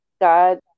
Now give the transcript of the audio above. God